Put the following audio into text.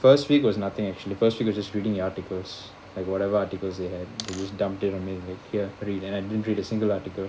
first week was nothing actually first week was just reading the articles like whatever articles they had they just dumped it on me like here read and I didn't read a single article